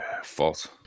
false